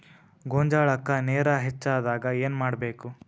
ಗೊಂಜಾಳಕ್ಕ ನೇರ ಹೆಚ್ಚಾದಾಗ ಏನ್ ಮಾಡಬೇಕ್?